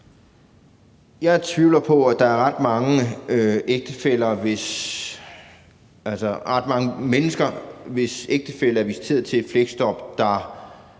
Jeg tvivler på, at der er ret mange mennesker, hvis ægtefælle er visiteret til et fleksjob, der